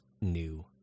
new